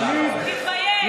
תתבייש.